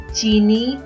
chini